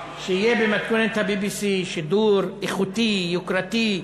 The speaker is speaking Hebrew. שיהיה במתכונת ה-BBC, שידור איכותי, יוקרתי,